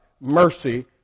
mercy